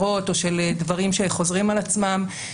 הפסיקה של בית המשפט העליון והמדיניות של התביעה כיום.